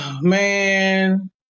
Man